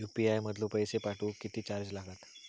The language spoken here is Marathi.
यू.पी.आय मधलो पैसो पाठवुक किती चार्ज लागात?